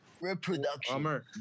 reproduction